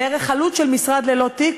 בערך עלות של משרד ללא תיק,